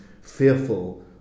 fearful